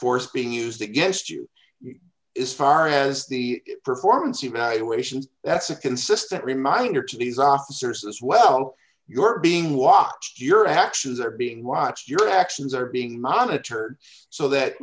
force being used against you is far has the performance evaluations that's a consistent reminder to these officers as well you're being watched your actions are being watched your actions are being monitored so that